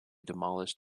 demolished